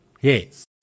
Yes